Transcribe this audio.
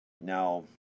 Now